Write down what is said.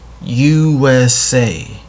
USA